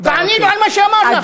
תעני לו על מה שאמר לך,